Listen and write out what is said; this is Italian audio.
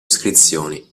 iscrizioni